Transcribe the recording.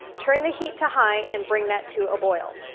turn the heat to high and bring that to a boil.